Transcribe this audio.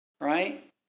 right